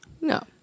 no